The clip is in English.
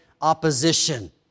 opposition